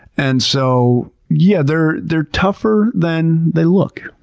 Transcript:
and so yeah, they're they're tougher than they look.